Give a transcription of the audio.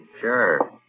Sure